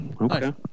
Okay